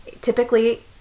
Typically